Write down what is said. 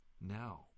now